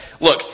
look